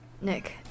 Nick